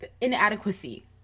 inadequacy